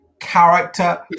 character